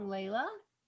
Layla